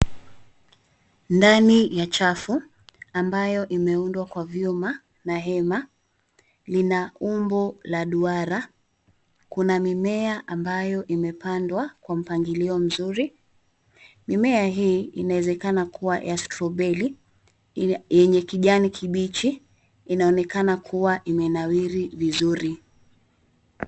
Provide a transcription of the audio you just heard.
Ndani ya chafu, ambayo imeundwa kwa vyuma, na hema, lina umbo la duara, kuna mimea ambayo imepandwa, kwa mpangilio mzuri, mimea hii inaezekana kuwa ya strawberry , yenye kijani kibichi, inaonekana kuwa imenawiri vizuri.